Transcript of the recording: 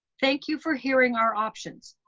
thank you for hearing our options.